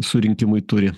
surinkimui turi